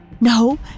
No